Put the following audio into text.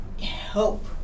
help